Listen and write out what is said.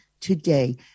today